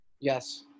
Yes